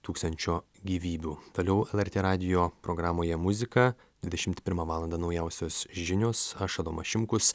tūkstančio gyvybių toliau lrt radijo programoje muzika dvidešimt pirmą valandą naujausios žinios aš adomas šimkus